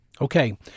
Okay